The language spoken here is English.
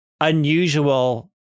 unusual